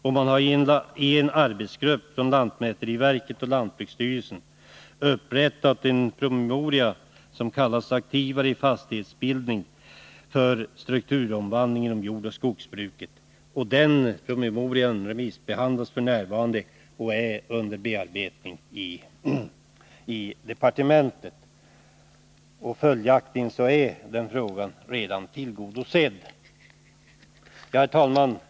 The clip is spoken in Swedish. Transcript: En arbetsgrupp med deltagare från lantmäteriverket och lantbruksstyrelsen har upprättat en promemoria som kallas Aktivare fastighetsbildning för strukturomvandling inom jordoch skogsbruket. Den promemorian remissbehandlas f.n. och är föremål för bearbetning i departementet. Följaktligen är önskemålet när det gäller denna fråga redan tillgodosett. Herr talman!